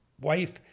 wife